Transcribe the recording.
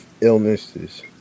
illnesses